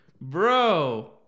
bro